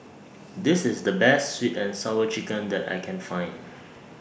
This IS The Best Sweet and Sour Chicken that I Can Find